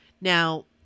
Now